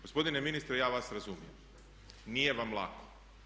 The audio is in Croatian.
Gospodine ministre ja vas razumijem, nije vam lako.